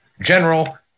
general